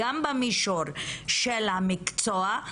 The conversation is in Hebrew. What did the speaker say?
גם במישור של המקצוע,